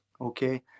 Okay